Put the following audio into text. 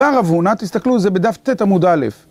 אמר רב הונא, תסתכלו, זה בדף ט' עמוד א',